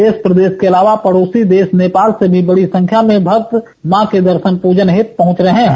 देश प्रदेश के अलावा पड़ोसी देश नेपाल से भी बड़ी संख्या में भक्त मां क दर्शन पूजन हेतु पहुंच रहे हैं